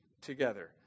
together